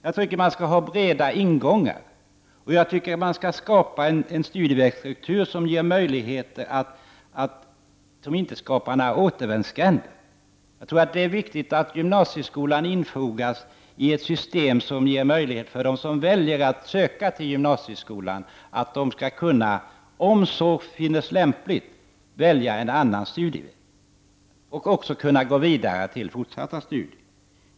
Jag tycker att det skall finnas breda ingångar, och jag tycker att det skall skapas en studie vägstruktur som inte skapar återvändsgränder. Jag tror att det är viktigt att gymnasieskolan infogas i ett system som ger möjligheter för dem som väljer att söka till gymnasieskolan att de skall kunna — om så finnes lämpligt — välja en annan studieväg och också kunna gå vidare till fortsatta studier.